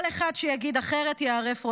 כל אחד שיגיד אחרת, ייערף ראשו.